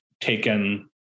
taken